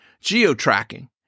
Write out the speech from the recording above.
Geo-tracking